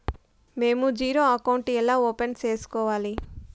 మేము zero account ఎలా open సేసుకోవాలి